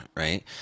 Right